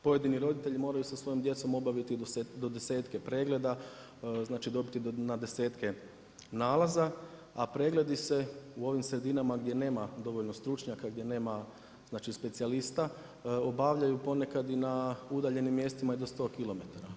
Pojedini roditelji moraju sa svojom djecom obaviti do desetke pregleda, znači dobiti na desetke nalaza, a pregledi se u ovim sredinama gdje nema dovoljno stručnjaka, gdje nema znači specijalista obavljaju ponekad i na udaljenim mjestima i do sto kilometara.